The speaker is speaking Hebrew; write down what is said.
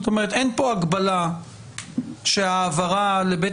זאת אומרת: אין פה הגבלה שההעברה לבית